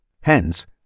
Hence